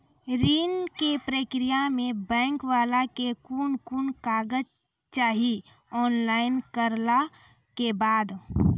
ऋण के प्रक्रिया मे बैंक वाला के कुन कुन कागज चाही, ऑनलाइन करला के बाद?